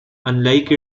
unlike